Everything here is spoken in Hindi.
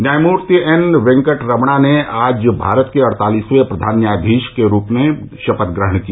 न्यायमुर्ति एन वेंकट रमणा ने आज भारत के अडतालीसवें प्रधान न्यायाधीश के रूप में शपथ ग्रहण की